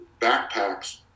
backpacks